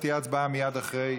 מי נגד?